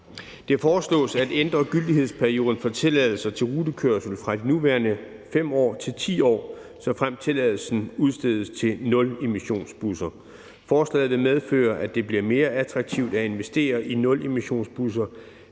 Det foreslås at ændre gyldighedsperioden for tilladelser til rutekørsel fra de nuværende 5 år til 10 år, såfremt tilladelsen udstedes til nulemissionsbusser. Forslaget vil medføre, at det bliver mere attraktivt at investere i nulemissionsbusser,